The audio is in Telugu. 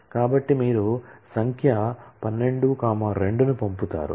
కాబట్టి మీరు సంఖ్యా 12 2 ను పంపుతారు